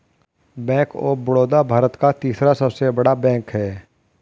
bank of Baroda Bharat का तीसरा सबसे बड़ा बैंक हैं